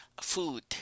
food